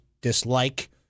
dislike